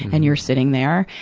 and you're sitting there,